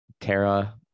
Tara